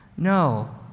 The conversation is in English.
No